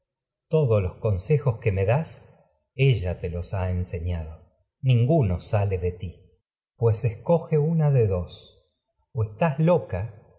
todos los consejos me das ella te los ha enseñado ninguno sale de ti pues escoge estás una de dos o loca